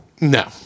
No